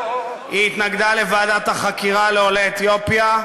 היא התנגדה לוועדת החקירה בנושא עולי אתיופיה,